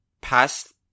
past